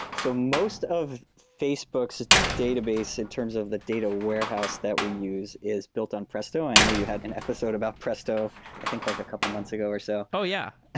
so most of facebook's database in terms of the data warehouse that we use is built on presto. i know you had an episode about presto i think like a couple of months ago or so. yeah,